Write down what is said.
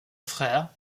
frère